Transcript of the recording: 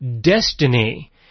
destiny